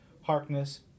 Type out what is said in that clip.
Harkness